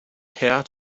heir